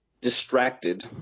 distracted